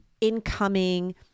incoming